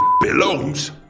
belongs